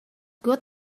good